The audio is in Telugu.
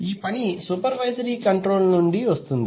ఈ పని సూపర్వైజరీ కంట్రోల్ నుండి వస్తుంది